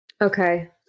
Okay